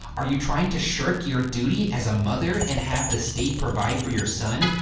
are you trying to shirk your duty as a mother and have the state provide for your son?